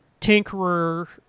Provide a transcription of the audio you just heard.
tinkerer